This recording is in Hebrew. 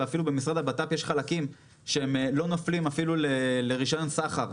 ואפילו במשרד לביטחון פנים יש חלקים שהם לא נופלים אפילו לרישיון סחר,